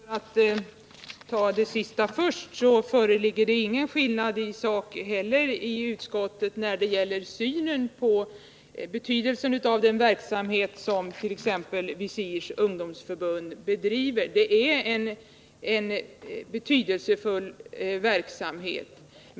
Herr talman! För att ta det sista först, så vill jag säga att det inom utskottet inte föreligger någon skillnad i sak när det gäller synen på betydelsen av den verksamhet som t.ex. VISIR:s ungdomsförbund bedriver. Det är en betydelsefull verksamhet.